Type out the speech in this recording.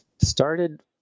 started